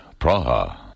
Praha